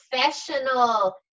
professional